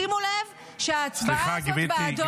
שימו לב שההצבעה הזו בעדו --- סליחה,